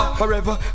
forever